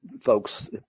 folks